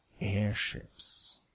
airships